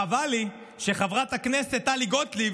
חבל לי שחברת הכנסת טלי גוטליב,